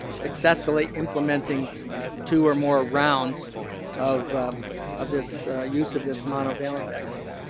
and successfully implementing two or more rounds of of this use of this monovalent vaccine.